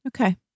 Okay